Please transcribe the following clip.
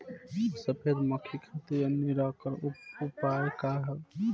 सफेद मक्खी खातिर निवारक उपाय का ह?